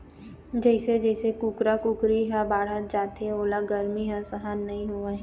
जइसे जइसे कुकरा कुकरी ह बाढ़त जाथे ओला गरमी ह सहन नइ होवय